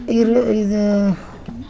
ಈರುಳ್ಳಿ ಇದೆ